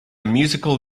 musical